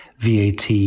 VAT